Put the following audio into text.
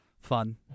fun